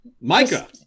Micah